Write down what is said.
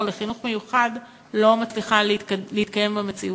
לחינוך מיוחד לא מצליחה להתקיים במציאות.